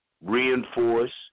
reinforce